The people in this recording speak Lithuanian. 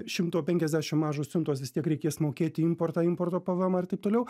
šimto penkiasdešimt mažos siuntos vis tiek reikės mokėti importą importo pvmą ir taip toliau